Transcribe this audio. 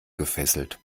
gefesselt